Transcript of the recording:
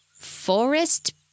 forest